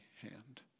hand